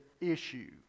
issue